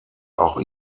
auch